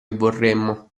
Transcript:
vorremmo